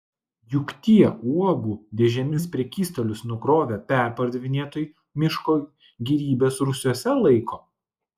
juk tie uogų dėžėmis prekystalius nukrovę perpardavinėtojai miško gėrybes rūsiuose laiko